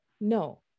no